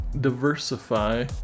diversify